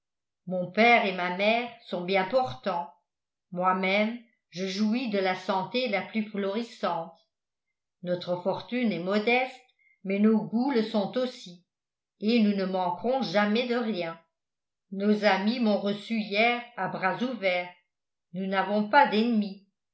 mon père et ma mère sont bien portants moi-même je jouis de la santé la plus florissante notre fortune est modeste mais nos goûts le sont aussi et nous ne manquerons jamais de rien nos amis m'ont reçu hier à bras ouverts nous n'avons pas d'ennemis